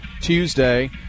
Tuesday